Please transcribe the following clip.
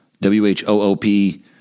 W-H-O-O-P